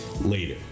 later